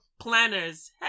planners